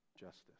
Justice